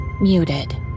Muted